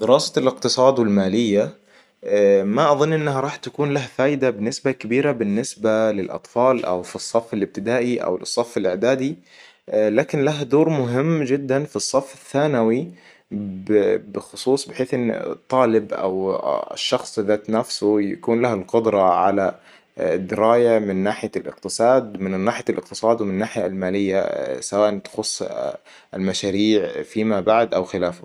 دراسة الإقتصاد والمالية ما أظن إنها راح تكون لها فايدة بنسبة كبيرة بالنسبة للأطفال او في الصف الإبتدائي او للصف الإعدادي. لكن له دور مهم جداً في الصف الثانوي بخصوص بحيث إن الطالب او الشخص ذات نفسه يكون له القدره علي درايه من ناحيه الإقتصاد - من ناحيه الإقتصاد ومن الناحيه الماليه سواء تخص المشاريع فيما بعد أو خلافه.